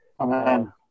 Amen